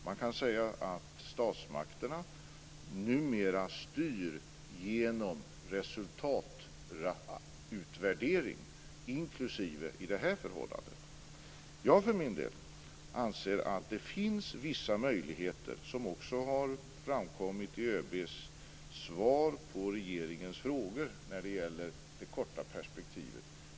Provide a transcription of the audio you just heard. Man kan säga att statsmakterna numera styr genom resultatutvärdering. Det inkluderar det här förhållandet. Jag för min del anser att det finns vissa möjlighet. Det har också framkommit i ÖB:s svar på regeringens frågor när det gäller det korta perspektivet.